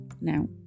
Now